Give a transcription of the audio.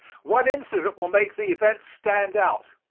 one incident will make the event stand out.